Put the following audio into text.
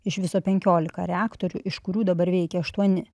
iš viso penkiolika reaktorių iš kurių dabar veikia aštuoni